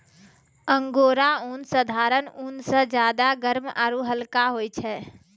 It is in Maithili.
अंगोरा ऊन साधारण ऊन स ज्यादा गर्म आरू हल्का होय छै